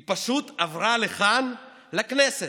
היא פשוט עברה לכאן, לכנסת.